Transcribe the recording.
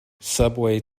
subway